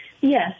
Yes